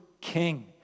king